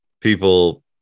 people